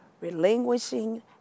Relinquishing